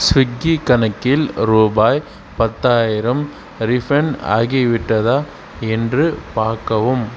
Swiggy கணக்கில் ரூபாய் பத்தாயிரம் ரீஃபண்ட் ஆகிவிட்டதா என்று பார்க்கவும்